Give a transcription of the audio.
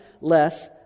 less